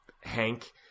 Hank